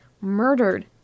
murdered